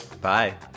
Bye